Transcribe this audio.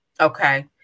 Okay